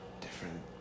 different